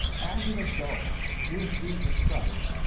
as an adult here's jesus christ,